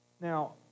Now